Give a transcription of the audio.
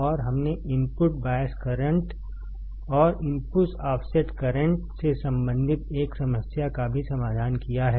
और हमने input bias current और इनपुट ऑफसेट करंट से संबंधित एक समस्या का भी समाधान किया है